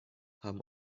haben